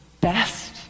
best